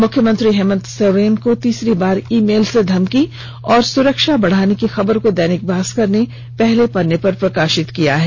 मुख्यमंत्री हेमंत सोरेन को तीसरी बार ई मेल से धमकी और सुरक्षा बढ़ाने की खबर को दैनिक भास्कर ने पहले पन्ने पर प्रकाशित किया है